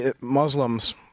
Muslims